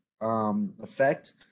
effect